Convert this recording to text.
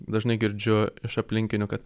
dažnai girdžiu iš aplinkinių kad